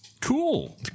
Cool